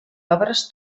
obres